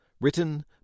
Written